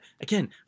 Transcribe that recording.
again